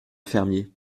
fermier